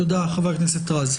תודה חבר הכנסת רז.